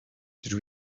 dydw